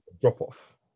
drop-off